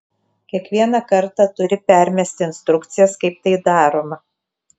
kiekvieną kartą turi permesti instrukcijas kaip tai daroma